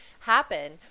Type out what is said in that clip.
happen